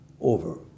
over